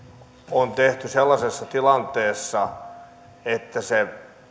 on tehty sellaisessa tilanteessa että se